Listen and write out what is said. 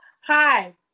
Hi